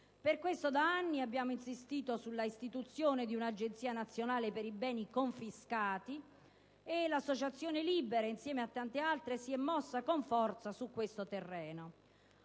Per questo da anni si insiste sulla necessità di istituire un'agenzia nazionale per i beni confiscati e l'associazione "Libera", insieme a tante altre, si è mossa con forza su questo terreno.